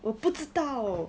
我不知道